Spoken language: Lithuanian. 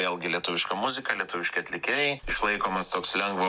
vėlgi lietuviška muzika lietuviški atlikėjai išlaikomas toks lengvo